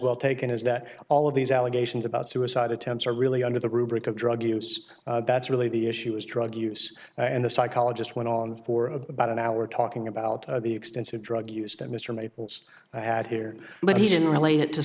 well taken is that all of these allegations about suicide attempts are really under the rubric of drug use that's really the issue is drug use and the psychologist went on for about an hour talking about the extensive drug use that mr maples had here but he didn't relate it to